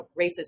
racism